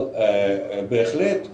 אבל בהחלט המהפך,